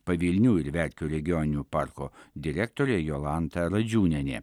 pavilnių ir verkių regioninių parko direktorė jolanta radžiūnienė